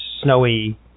snowy